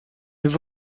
have